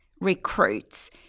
recruits